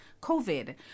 COVID